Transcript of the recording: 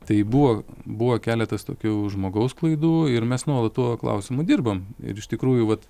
tai buvo buvo keletas tokių žmogaus klaidų ir mes nuolat tuo klausimu dirbam ir iš tikrųjų vat